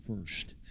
first